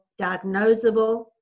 diagnosable